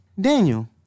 Daniel